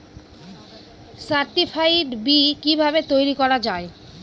Certified B কিভাবে তৈরি করা যায়?